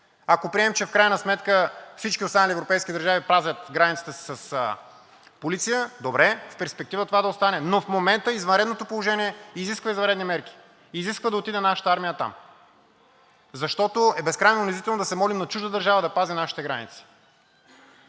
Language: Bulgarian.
Ако приемем, че в крайна сметка всички останали европейски държави пазят границите си с полиция, е добре в перспектива това да остане, но в момента извънредното положение изисква извънредни мерки, изисква нашата армия да отиде там. Безкрайно унизително е да се молим на чужда държава да пази нашите граници.